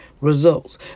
results